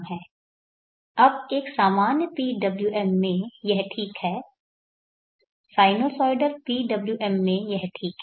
अब एक सामान्य PWM में यह ठीक है साइनुसॉइडल PWM यह ठीक है